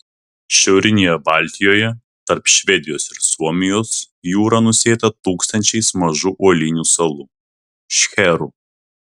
šiaurinėje baltijoje tarp švedijos ir suomijos jūra nusėta tūkstančiais mažų uolinių salų šcherų